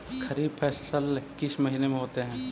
खरिफ फसल किस महीने में होते हैं?